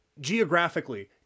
geographically